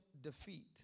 defeat